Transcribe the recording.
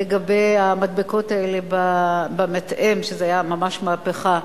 לגבי המדבקות האלה במתאם, שזו היתה ממש מהפכה,